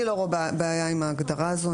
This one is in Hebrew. אני לא רואה בעיה עם ההגדרה הזאת.